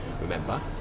remember